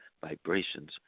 vibrations